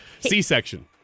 C-section